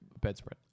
bedspread